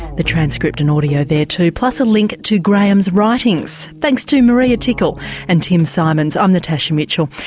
the transcript and audio there too plus a link to graham's writings. thanks to maria tickle and tim symonds, i'm natasha mitchell.